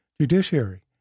judiciary